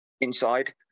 Inside